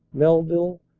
mel ville,